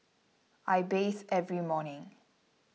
I bathe every morning